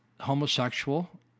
homosexual